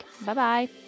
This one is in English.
bye-bye